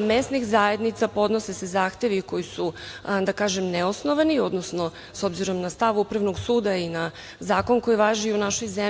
mesnih zajednica, podnose se zahtevi koji su neosnovani, odnosno s obzirom na stav upravnog suda i zakon koji važi u našoj zemlji